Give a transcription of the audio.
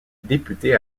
député